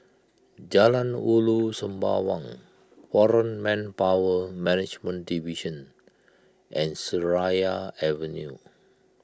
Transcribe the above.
Jalan Ulu Sembawang foreign Manpower Management Division and Seraya Avenue